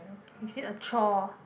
is it a chore